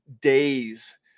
days